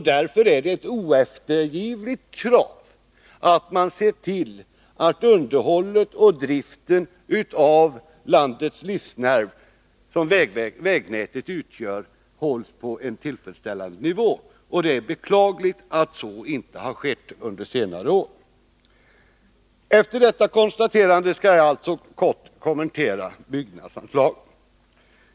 Därför är det ett oeftergivligt krav att man ser till att underhållet och driften av landets livsnerv, som vägnätet utgör, hålls på en tillfredsställande nivå. Det är beklagligt att så inte har skett under senare år. Efter detta konstaterande skall jag alltså kort kommentera byggnadsanslagen.